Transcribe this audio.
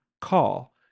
call